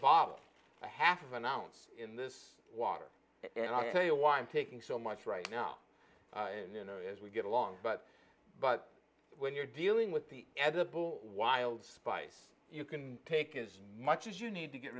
a half an ounce in this water and i'll tell you why i'm taking so much right now you know as we get along but but when you're dealing with the edible wild spice you can take as much as you need to get